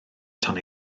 tan